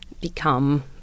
become